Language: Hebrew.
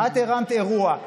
את הרמת אירוע.